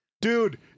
Dude